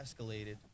escalated